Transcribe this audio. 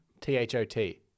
T-H-O-T